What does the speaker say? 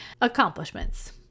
Accomplishments